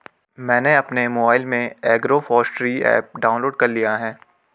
मैंने अपने मोबाइल में एग्रोफॉसट्री ऐप डाउनलोड कर लिया है